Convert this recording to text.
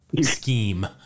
scheme